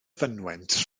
fynwent